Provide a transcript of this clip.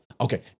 okay